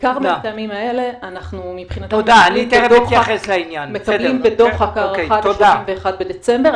בעיקר מהטעמים האלה אנחנו מקבלים בדוחק הארכה עד ה-31 בדצמבר.